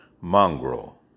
mongrel